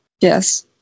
yes